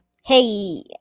Hey